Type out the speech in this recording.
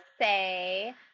say